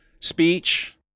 speech